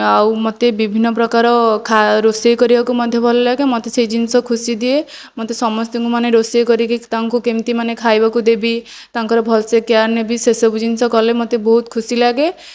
ଆଉ ମୋତେ ବିଭିନ୍ନ ପ୍ରକାର ରୋଷେଇ କରିବାକୁ ମଧ୍ୟ ଭଲଲାଗେ ମୋତେ ସେହି ଜିନିଷ ଖୁସି ଦିଏ ମୋତେ ସମସ୍ତଙ୍କୁ ମାନେ ରୋଷେଇ କରିକି ତାଙ୍କୁ କେମିତି ମାନେ ଖାଇବାକୁ ଦେବି ତାଙ୍କର ଭଲସେ କେୟାର ନେବି ସେସବୁ ଜିନିଷ କଲେ ମୋତେ ବହୁତ ଖୁସି ଲାଗେ